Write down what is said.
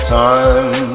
time